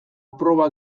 proba